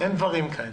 אין דברים כאלה.